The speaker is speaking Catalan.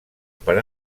per